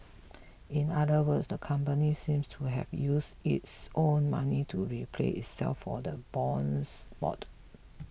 in other words the company seemed to have used its own money to repay itself for the bonds bought